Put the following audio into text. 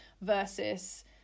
versus